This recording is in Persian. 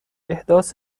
احداث